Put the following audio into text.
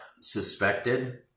suspected